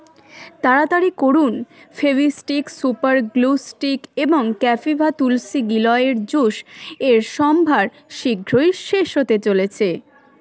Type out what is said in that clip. তাড়াতাড়ি করুন Fevistik super glue stick এবং ক্যাপিভা তুলসি গিলয়ের জুস এর সম্ভার শীঘ্রই শেষ হতে চলেছে